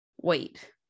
wait